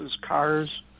cars